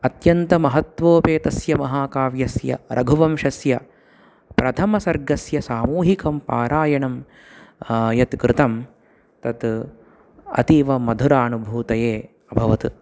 अत्यन्तमहत्वोपेतस्य महाकाव्यस्य रघुवंशस्य प्रथमसर्गस्य सामूहिकं पारायणं यत् कृतं तत् अतीवमधुरानुभूतये अभवत्